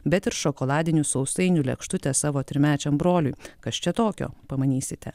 bet ir šokoladinių sausainių lėkštutę savo trimečiam broliui kas čia tokio pamanysite